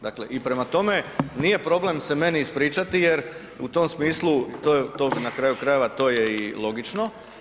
Dakle i prema tome, nije problem se meni ispričati jer u tom smislu to, na kraju krajeva to je i logično.